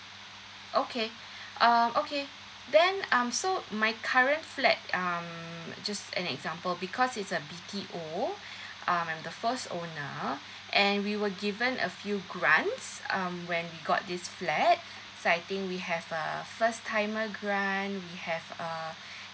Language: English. okay um okay then um so my current flat um just an example because it's a B_T_O um I'm first owner and we were given a few grants um when we got this flat so I think we have uh first timer grants we have uh